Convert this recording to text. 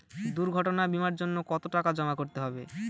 দুর্ঘটনা বিমার জন্য কত টাকা জমা করতে হবে?